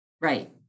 Right